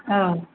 औ